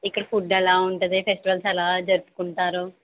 ఇక్కడ ఫుడ్ ఎలా ఉంటుంది ఫెస్టివల్స్ ఎలా జరుపుకుంటారు